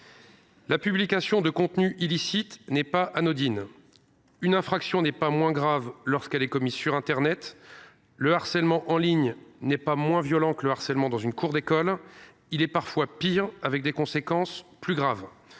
La publication de contenus illicites n’est pas anodine. Une infraction n’est pas moins grave lorsqu’elle est commise sur internet. Le harcèlement en ligne n’est pas moins violent que le harcèlement dans une cour d’école. Il est parfois pire, avec des conséquences plus graves.